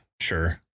sure